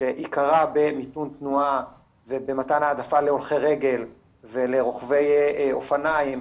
שעיקרה במיתון תנועה ובמתן העדפה להולכי רגל ולרוכבי אופניים,